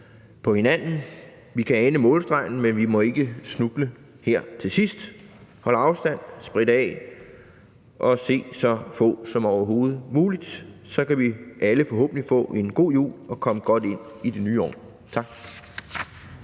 på hinanden. Vi kan ane målstregen, men vi må ikke snuble her til sidst. Hold afstand, sprit af, og se så få som overhovedet muligt. Så kan vi alle forhåbentlig få en god jul og komme godt ind i det nye år. Kl.